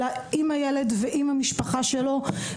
אלא עם הילד ועם המשפחה שלו.